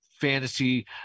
fantasy